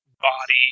body